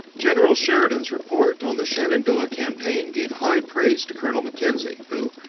general sheridan's report on the shenandoah campaign gave high praise to colonel mackenzie, who,